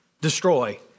destroy